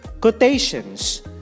quotations